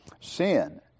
sin